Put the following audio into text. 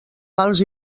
pals